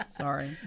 Sorry